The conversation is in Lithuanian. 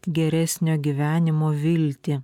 geresnio gyvenimo viltį